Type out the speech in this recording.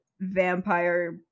vampire